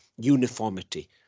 uniformity